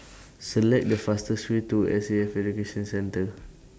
Select The fastest Way to S A F Education Centre